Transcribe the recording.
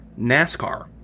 NASCAR